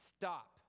Stop